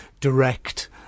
direct